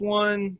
one